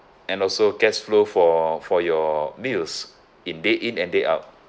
and also cash flow for for your bills in day in and day out